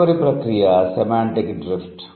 తదుపరి ప్రక్రియ semantic drift